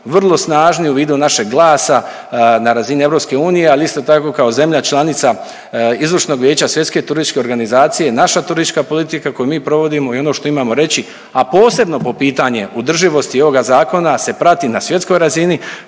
vrlo snažni u vidu našeg glasa na razini EU, ali isto tako kao zemlja članica Izvršnog Vijeća Svjetske turističke organizacije. Naša turistička politika koju mi provodimo i ono što imamo reći, a posebno po pitanje održivosti ovoga zakona se prati na svjetskoj razini,